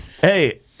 Hey